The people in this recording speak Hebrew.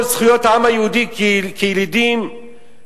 בשמעון-הצדיק יש דירות שבית-המשפט העליון אמר שזה שייך ליהודים בטאבו.